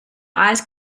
eyes